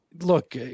look